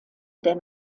der